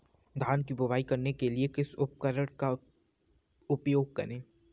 धान की बुवाई करने के लिए किस उपकरण का उपयोग करें?